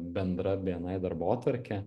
bendra bni darbotvarkė